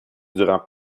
durant